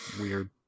Weird